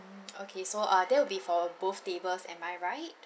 okay so uh that will be for both tables am I right